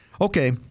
Okay